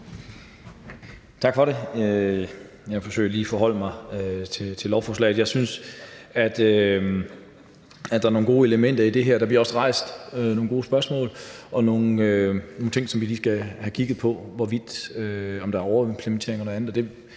Tak for det. Jeg vil forsøge lige at forholde mig til lovforslaget. Jeg synes, at der er nogle gode elementer i det her. Der bliver også rejst nogle gode spørgsmål og nogle ting, vi lige skal have kigget på – hvorvidt der er overimplementering og noget andet.